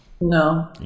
No